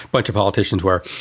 but two politicians were.